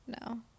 no